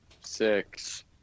six